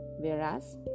whereas